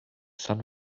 sun